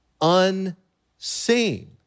unseen